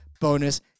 bonus